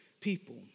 people